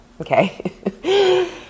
Okay